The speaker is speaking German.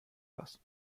was